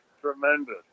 Tremendous